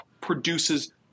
produces